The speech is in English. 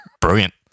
Brilliant